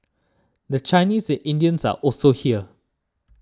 the Chinese and Indians are also here